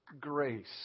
grace